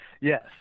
Yes